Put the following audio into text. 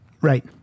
right